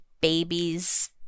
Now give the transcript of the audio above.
babies